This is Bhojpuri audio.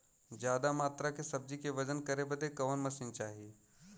ज्यादा मात्रा के सब्जी के वजन करे बदे कवन मशीन चाही?